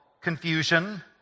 confusion